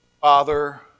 father